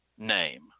Name